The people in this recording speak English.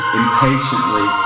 impatiently